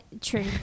true